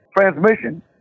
transmission